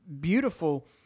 beautiful